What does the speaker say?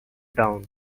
down